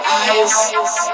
eyes